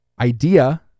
idea